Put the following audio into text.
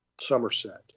Somerset